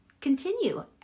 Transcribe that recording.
continue